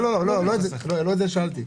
לא את זה שאלתי.